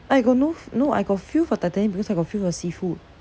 I got no no I got feel for titanic because I got feel for seafood